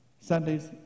Sundays